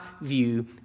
view